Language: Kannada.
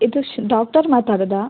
ಇದು ಶ್ ಡಾಕ್ಟರ್ ಮಾತಾಡೋದ